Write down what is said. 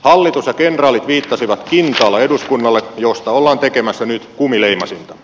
hallitus ja kenraalit viittasivat kintaalla eduskunnalle josta ollaan tekemässä nyt kumileimasinta